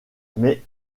mais